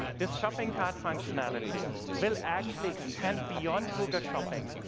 this shopping cart functionality will actually extend beyond google shopping.